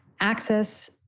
access